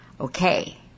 Okay